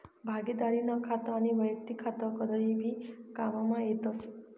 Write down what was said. भागिदारीनं खातं आनी वैयक्तिक खातं कदय भी काममा येतस